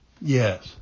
Yes